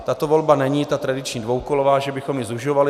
Tato volba není tradiční dvoukolová, že bychom ji zužovali.